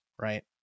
right